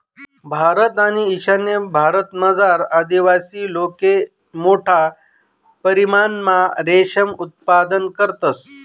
मध्य आणि ईशान्य भारतमझार आदिवासी लोके मोठा परमणमा रेशीम उत्पादन करतंस